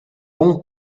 bon